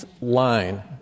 line